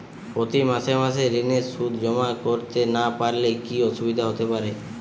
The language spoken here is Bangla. প্রতি মাসে মাসে ঋণের সুদ জমা করতে না পারলে কি অসুবিধা হতে পারে?